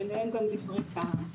ביניהם גם דברי טעם.